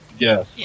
Yes